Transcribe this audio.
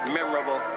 Memorable